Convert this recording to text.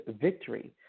victory